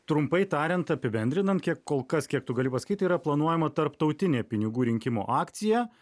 trumpai tariant apibendrinant kiek kol kas kiek tu gali pasakyt tai yra planuojama tarptautinė pinigų rinkimo akcija